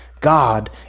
God